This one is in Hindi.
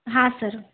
हाँ सर